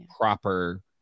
proper